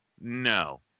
No